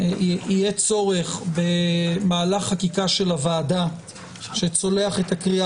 יהיה צורך למהלך חקיקה של הוועדה שצולח את הקריאה